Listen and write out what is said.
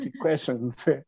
questions